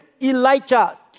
Elijah